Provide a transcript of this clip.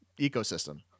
ecosystem